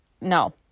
no